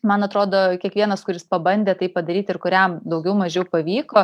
man atrodo kiekvienas kuris pabandė tai padaryti ir kuriam daugiau mažiau pavyko